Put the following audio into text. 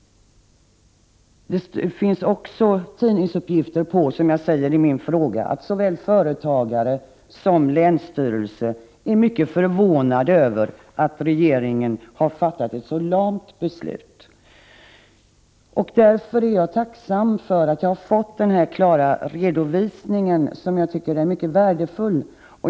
Det finns även, som jag angett i min fråga, tidningsuppgifter om att såväl företagare som länsstyrelse är mycket förvånade över att regeringen har fattat ett så lamt beslut. Jag är därför tacksam över att jag har fått denna klara redovisning, som jag tycker är mycket värdefull.